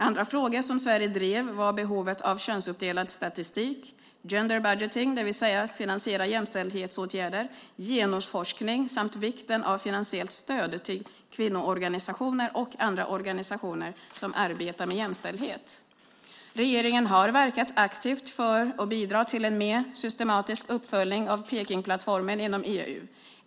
Andra frågor som Sverige drev var behovet av könsuppdelad statistik, gender-budgeting , det vill säga att finansiera jämställdhetsåtgärder, genusforskning samt vikten av finansiellt stöd till kvinnoorganisationer och andra organisationer som arbetar med jämställdhet. Regeringen har verkat aktivt för och bidrar till en mer systematisk uppföljning av Pekingplattformen inom EU.